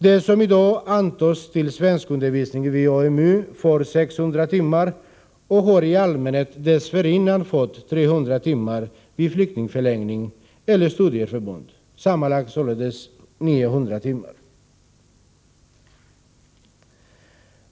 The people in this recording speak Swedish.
De som i dag antas till svenskundervisning vid AMU får 600 timmar och har i allmänhet dessförinnan fått 300 timmar vid flyktingförläggning eller studieförbund — sammanlagt således 900 timmar.